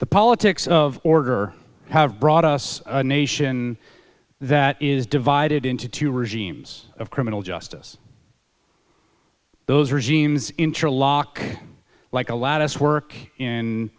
the politics of order have brought us a nation that is divided into two regimes of criminal justice those regimes interlock like a lattice work in